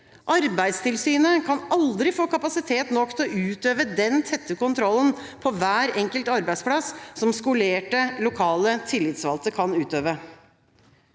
Arbeidstilsynet kan aldri få kapasitet nok til å utøve den tette kontrollen på hver enkelt arbeidsplass som skolerte, lokale tillitsvalgte kan utøve.